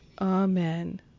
amen